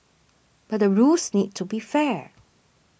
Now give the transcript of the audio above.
but the rules need to be fair